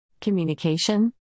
Communication